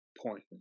point